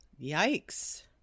Yikes